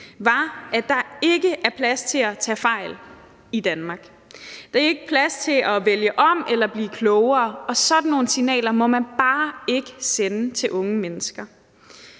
var, at der ikke er plads til at tage fejl i Danmark, at der ikke er plads til at vælge om eller blive klogere, og sådan nogle signaler må man bare ikke sende til unge mennesker.